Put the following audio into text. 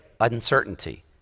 uncertainty